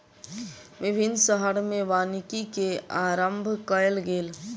विभिन्न शहर में वानिकी के आरम्भ कयल गेल